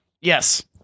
Yes